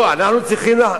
לא להחרים.